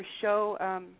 show